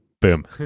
Boom